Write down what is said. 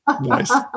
nice